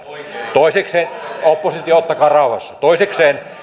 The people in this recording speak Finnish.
toisekseen oppositio ottakaa rauhassa